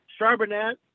Charbonnet